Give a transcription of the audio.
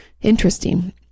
Interesting